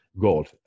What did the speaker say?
Gold